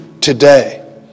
today